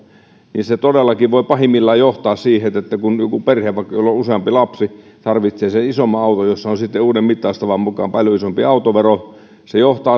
niin se todellakin voi pahimmillaan johtaa siihen että että kun vaikka joku perhe jolla on useampi lapsi tarvitsee isomman auton jossa on uuden mittaustavan mukaan paljon isompi autovero